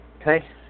Okay